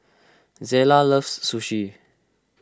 Zela loves Sushi